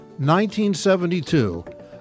1972